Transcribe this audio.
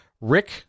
Rick